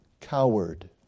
coward